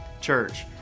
Church